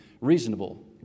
reasonable